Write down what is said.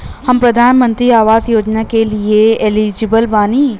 हम प्रधानमंत्री आवास योजना के लिए एलिजिबल बनी?